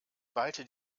ballte